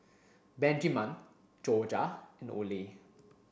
Benjiman Jorja and Oley